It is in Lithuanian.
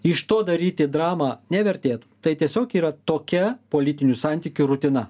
iš to daryti dramą nevertėtų tai tiesiog yra tokia politinių santykių rutina